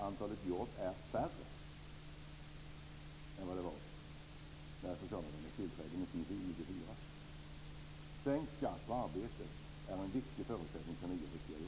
Antalet jobb är färre än det var när socialdemokraterna tillträdde 1994. Sänkt skatt på arbete är en viktig förutsättning för nya, riktiga jobb.